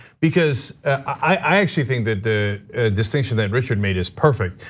because i actually think that the distinction that richard made is perfect.